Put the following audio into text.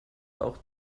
auch